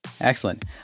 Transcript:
Excellent